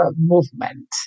movement